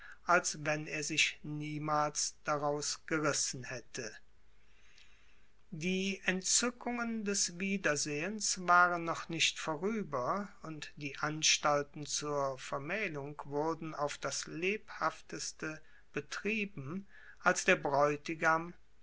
als wenn er sich niemals daraus gerissen hätte die entzückungen des wiedersehens waren noch nicht vorüber und die anstalten zur vermählung wurden auf das lebhafteste betrieben als der bräutigam